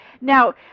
Now